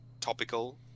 topical